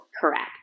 Correct